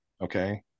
okay